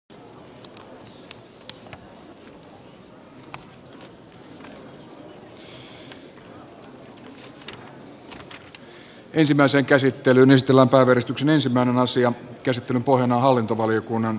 käsittelyn pohjana on hallintovaliokunnan mietintö